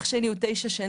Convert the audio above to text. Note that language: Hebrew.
אח שלי הוא 9 שנים.